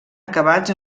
acabats